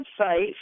website